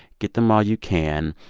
get them while you can.